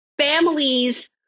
families